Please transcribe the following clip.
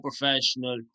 professional